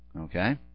Okay